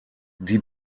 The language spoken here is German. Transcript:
die